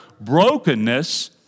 brokenness